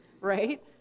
right